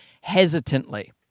hesitantly